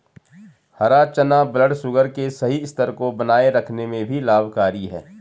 हरा चना ब्लडशुगर के सही स्तर को बनाए रखने में भी लाभकारी है